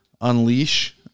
unleash